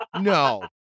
No